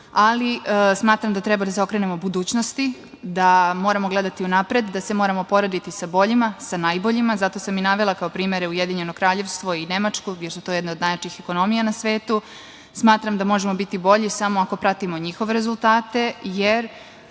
ali smatram da treba da se okrenemo budućnosti, da moramo gledati unapred, da se moramo porediti sa boljima, sa najboljima. Zato sam i navela kao primere Ujedinjeno Kraljevstvo i Nemačku, jer su to jedne od najjačih ekonomija na svetu. Smatram da možemo biti bolji samo ako pratimo njihove rezultate, jer